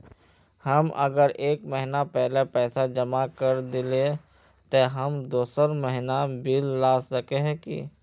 हम अगर एक महीना पहले पैसा जमा कर देलिये ते हम दोसर महीना बिल ला सके है की?